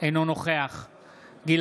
אינו נוכח גילה